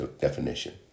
definition